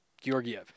Georgiev